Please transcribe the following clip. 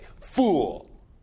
fool